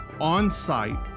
on-site